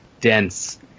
dense